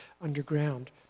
underground